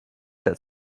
that